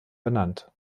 benannt